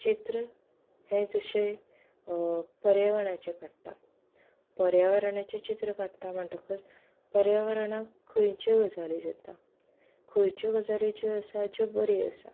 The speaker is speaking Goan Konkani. चित्र हें जशें पर्यावरणाचें काडटा पर्यावरणाचें चित्र काडटा म्हणटगर पर्यावरणाक खंयच्यो गजाली जाता खंयच्यो गजाली आसा ज्यो बऱ्यो आसा